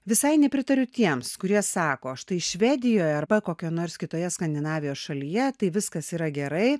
visai nepritariu tiems kurie sako štai švedijoj arba kokioj nors kitoje skandinavijos šalyje tai viskas yra gerai